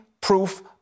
proof